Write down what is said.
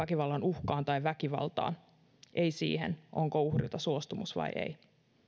väkivallan uhkaan tai väkivaltaan perustuen ei siihen onko uhrilta suostumus vai ei